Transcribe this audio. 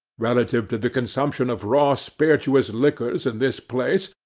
relative to the consumption of raw spirituous liquors in this place,